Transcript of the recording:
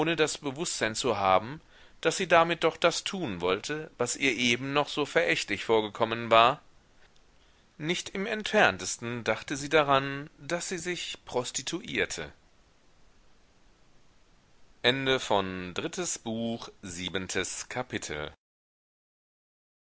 das bewußtsein zu haben daß sie damit doch das tun wollte was ihr eben noch so verächtlich vorgekommen war nicht im entferntesten dachte sie daran daß sie sich prostituierte achtes kapitel